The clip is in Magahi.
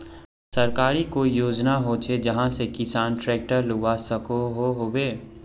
सरकारी कोई योजना होचे जहा से किसान ट्रैक्टर लुबा सकोहो होबे?